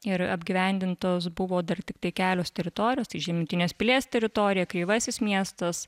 ir apgyvendintos buvo dar tiktai kelios teritorijos tai žemutinės pilies teritorija kreivasis miestas